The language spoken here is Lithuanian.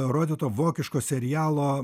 rodyto vokiško serialo